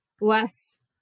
less